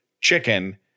Chicken